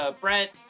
Brent